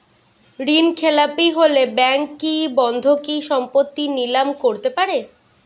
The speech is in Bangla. ঋণখেলাপি হলে ব্যাঙ্ক কি বন্ধকি সম্পত্তি নিলাম করতে পারে?